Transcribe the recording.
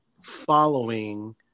following